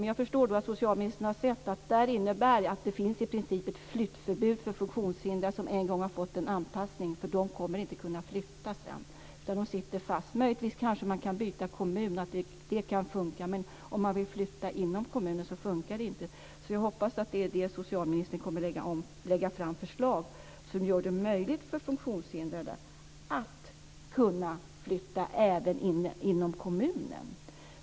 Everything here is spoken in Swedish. Men jag förstår också att socialministern har insett att det här i princip innebär att det finns ett flyttförbud för funktionshindrade som en gång har fått en anpassad lägenhet. De kommer inte att kunna flytta, utan de sitter fast. Möjligtvis kan det funka om de byter kommun, men om de vill flytta inom kommunen funkar det inte. Jag hoppas att socialministern kommer att lägga fram förslag som gör det möjligt för funktionshindrade att flytta även inom kommunen.